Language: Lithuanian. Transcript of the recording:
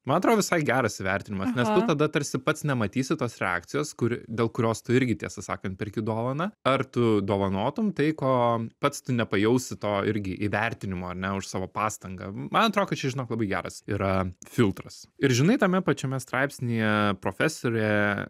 man atrodo visai geras įvertinimas nes tu tada tarsi pats nematysi tos reakcijos kur dėl kurios tu irgi tiesą sakant perki dovaną ar tu dovanotum tai ko pats tu nepajausi to irgi įvertinimo ar ne už savo pastangą man atrodo kad čia žinok labai geras yra filtras ir žinai tame pačiame straipsnyje profesorė